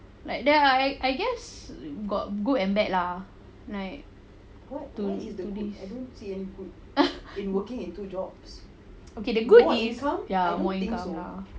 like there are I I guess got good and bad lah like to do this okay the good is ya more income lah